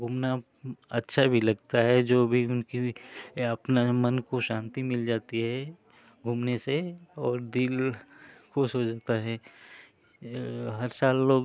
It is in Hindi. घूमना अच्छा भी लगता है जो भी उनकी भी यह अपने मन को शान्ति मिल जाती है घूमने से और दिल ख़ुश हो जाता है हर साल लोग